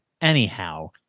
anyhow